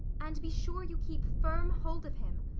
and be sure you keep firm hold of him.